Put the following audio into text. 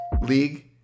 league